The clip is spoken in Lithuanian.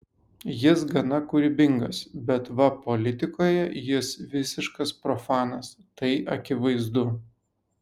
jis gana kūrybingas bet va politikoje jis visiškas profanas tai akivaizdu